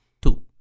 two